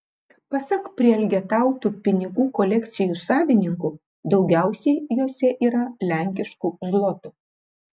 pasak prielgetautų pinigų kolekcijų savininkų daugiausiai jose yra lenkiškų zlotų